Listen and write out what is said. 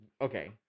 okay